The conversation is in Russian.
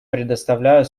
предоставляю